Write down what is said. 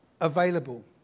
available